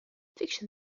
fiction